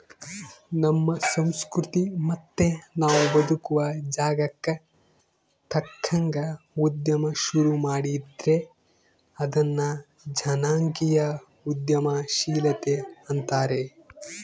ನಮ್ಮ ಸಂಸ್ಕೃತಿ ಮತ್ತೆ ನಾವು ಬದುಕುವ ಜಾಗಕ್ಕ ತಕ್ಕಂಗ ಉದ್ಯಮ ಶುರು ಮಾಡಿದ್ರೆ ಅದನ್ನ ಜನಾಂಗೀಯ ಉದ್ಯಮಶೀಲತೆ ಅಂತಾರೆ